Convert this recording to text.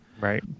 Right